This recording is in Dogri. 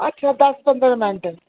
किन्नी क दूर ऐ अच्छा दस पंदरां मिनट